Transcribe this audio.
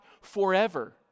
forever